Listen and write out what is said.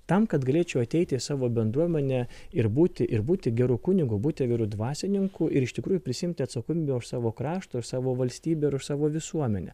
tam kad galėčiau ateiti į savo bendruomenę ir būti ir būti geru kunigu būti geru dvasininku ir iš tikrųjų prisiimti atsakomybę už savo kraštą ir savo valstybę ir už savo visuomenę